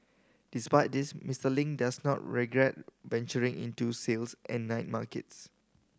despite this Mister Ling does not regret venturing into sales at night markets